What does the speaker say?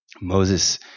Moses